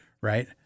Right